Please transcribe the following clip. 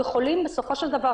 בסופו של דבר,